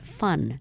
fun